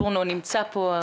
רטורנו, נמצא פה,